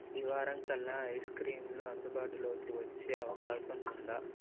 ఈ వారం కల్లా ఐస్క్రీమ్లు అందుబాటులోకి వచ్చే అవకాశం ఉందా